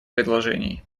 предложений